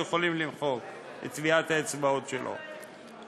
יכולים למחוק את טביעת האצבעות שלו.